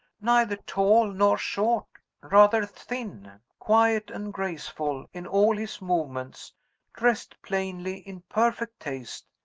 neither tall nor short rather thin quiet and graceful in all his movements dressed plainly, in perfect taste.